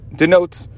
denotes